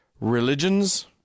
religions